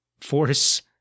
force